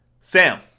Sam